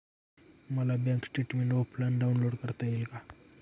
मला bank statement offline download करता येईल का?